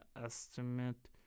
estimate